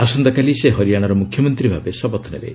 ଆସନ୍ତାକାଲି ସେ ହରିଆଣାର ମୁଖ୍ୟମନ୍ତ୍ରୀ ଭାବେ ଶପଥ ନେବେ